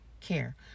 care